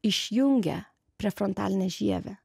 išjungia prefrontalinę žievę